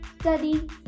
Study